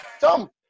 Tom